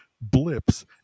blips